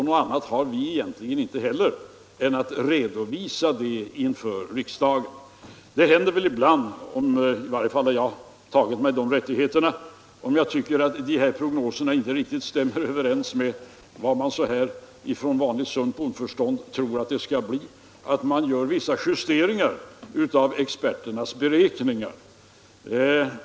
Något annat har vi egentligen inte heller att redovisa inför riksdagen. Det händer väl ibland — i varje fall har jag tagit mig den rättigheten, om jag tyckt att de här prognoserna inte stämt riktigt överens med vad man med vanligt sunt bondförstånd tror att det skall bli — att man gör vissa justeringar av experternas beräkningar.